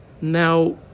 now